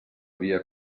via